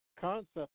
concept